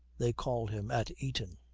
they called him at eton